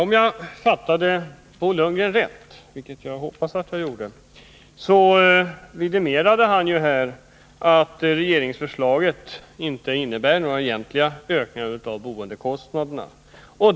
Om jag fattade Bo Lundgren rätt — vilket jag hoppas att jag gjorde — så vidimerade han att regeringsförslaget inte innebär några egentliga ökningar av boendekostnaderna.